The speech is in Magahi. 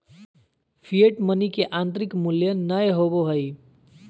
फिएट मनी के आंतरिक मूल्य नय होबो हइ